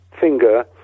finger